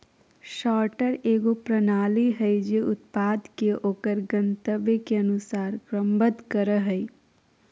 sorter एगो प्रणाली हइ जे उत्पाद के ओकर गंतव्य के अनुसार क्रमबद्ध करय हइ